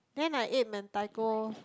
then I ate Mentaiko